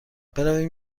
برویم